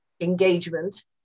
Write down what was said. engagement